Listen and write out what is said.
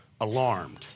alarmed